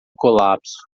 colapso